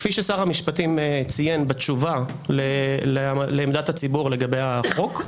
כפי ששר המשפטים ציין בתשובה לעמדת הציבור לגבי החוק,